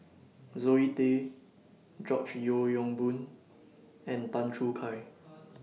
Zoe Tay George Yeo Yong Boon and Tan Choo Kai